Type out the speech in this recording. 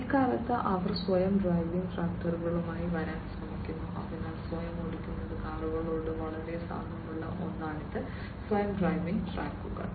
ഇക്കാലത്ത് അവർ സ്വയം ഡ്രൈവിംഗ് ട്രാക്ടറുകളുമായി വരാൻ ശ്രമിക്കുന്നു അതിനാൽ സ്വയം ഓടിക്കുന്ന കാറുകളോട് വളരെ സാമ്യമുള്ള ഒന്ന് സ്വയം ഡ്രൈവിംഗ് ട്രാക്ടറുകൾ